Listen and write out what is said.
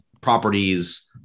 properties-